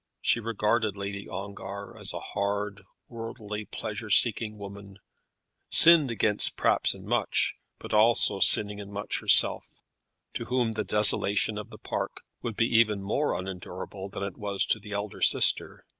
she regarded lady ongar as a hard, worldly, pleasure-seeking woman sinned against perhaps in much, but also sinning in much herself to whom the desolation of the park would be even more unendurable than it was to the elder sister.